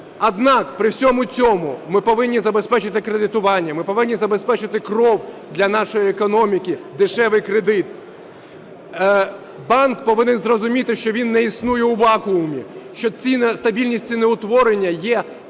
Однак при всьому цьому ми повинні забезпечити кредитування, ми повинні забезпечити кров для нашої економіки – дешевий кредит. Банк повинен зрозуміти, що він не існує у вакуумі, що стабільність ціноутворення є головною,